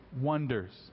wonders